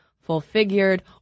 full-figured